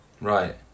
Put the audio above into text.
Right